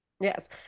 Yes